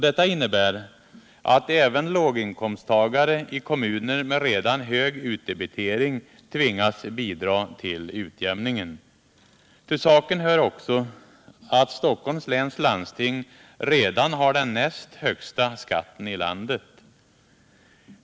Detta innebär att även låginkomsttagare i kommuner med redan hög utdebitering tvingas bidra till utjämningen. Till saken hör också att Stockholms läns landsting redan har den näst högsta skatten i landet.